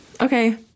Okay